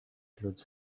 claude